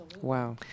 Wow